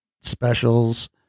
specials